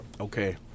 Okay